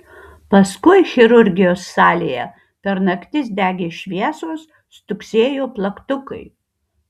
paskui chirurgijos salėje per naktis degė šviesos stuksėjo plaktukai